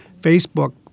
Facebook